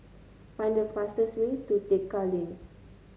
find the fastest way to Tekka Lane